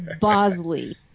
Bosley